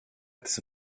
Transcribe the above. της